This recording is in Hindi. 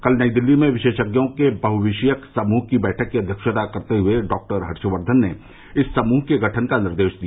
कल नई दिल्ली में विशेषज्ञों के बहुविषयक समूह की बैठक की अध्यक्षता करते हुए डॉक्टर हर्ष वर्धन ने इस समूह के गठन का निर्देश दिया